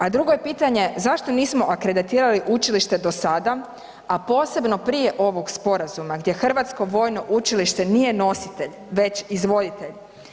A drugo je pitanje, zašto nismo akreditirali učilište do sada, a posebno prije ovog sporazuma, gdje Hrvatsko vojno učilište nije nositelj već izvoditelj?